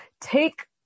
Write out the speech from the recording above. take